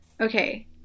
Okay